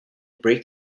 break